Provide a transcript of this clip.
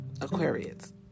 Aquarius